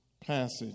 passage